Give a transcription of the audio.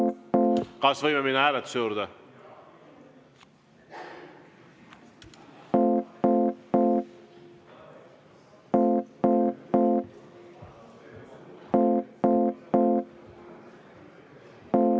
Kas võime minna hääletuse juurde?